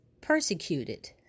persecuted